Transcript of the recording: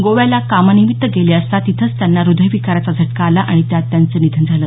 गोव्याला कामानिमित्त गेले असता तिथंच त्यांना हृदयविकाराचा झटका आला आणि त्यात त्यांचं निधन झालं